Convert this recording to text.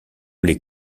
les